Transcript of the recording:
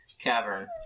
cavern